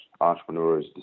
entrepreneurs